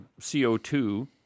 CO2